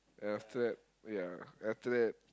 then after that ya then after that